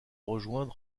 rejoindre